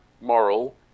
moral